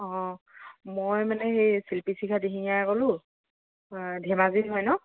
অঁ মই মানে সেই শিল্পীশিখা দিহিঙ্গীয়াই ক'লোঁ ধেমাজিৰ হয় ন